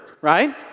right